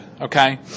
Okay